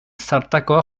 zartakoa